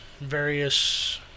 various